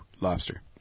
Lobster